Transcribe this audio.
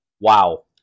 Wow